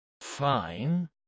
Fine